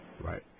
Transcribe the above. Right